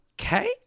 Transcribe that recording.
Okay